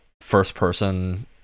first-person